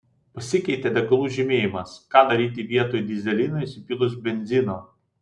pasikeitė degalų žymėjimas ką daryti vietoj dyzelino įsipylus benzino